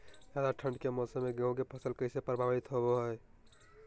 ज्यादा ठंड के मौसम में गेहूं के फसल कैसे प्रभावित होबो हय?